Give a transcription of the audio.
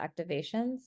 activations